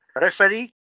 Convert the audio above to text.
referee